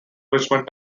richmond